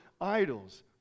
idols